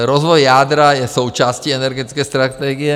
Rozvoj jádra je součástí energetické strategie.